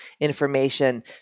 information